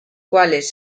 cuales